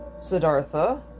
Siddhartha